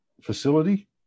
facility